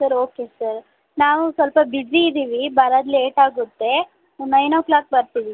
sir okay sir ನಾವು ಸ್ವಲ್ಪ busy ಇದ್ದೀವಿ ಬರೋದು ಲೇಟಾಗುತ್ತೆ ನೈನ್ ಓ ಕ್ಲಾಕ್ ಬರುತ್ತೀವಿ